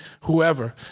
whoever